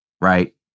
right